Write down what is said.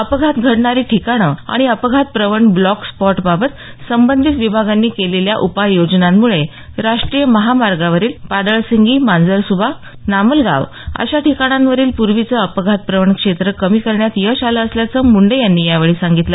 अपघात घडणारी ठिकाणं आणि अपघातप्रवण ब्लॉक स्पॉटबाबत संबंधित विभागांनी केलेल्या उपाययोजनांमुळे राष्ट्रीय महामार्गावरील पाडळसिंगी मांजरसुंबा नामलगाव अशा ठिकाणांवरील पूर्वीचं अपघात प्रवण क्षेत्र कमी करण्यात यश आलं असल्याचं मुंडे यांनी यावेळी सांगितलं